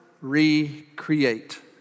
recreate